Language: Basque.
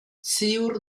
ziur